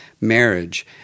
marriage